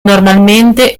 normalmente